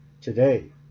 today